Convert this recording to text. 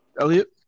Elliot